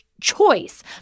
choice